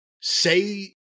say